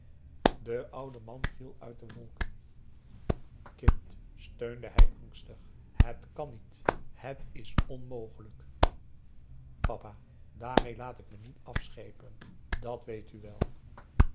de oude man viel uit de wolken kind steunde hij angstig het kan niet het is onmogelijk papa daarmee laat ik me niet afschepen dat weet u wel